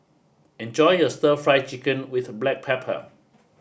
enjoy your Stir Fry Chicken With Black Pepper